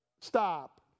stop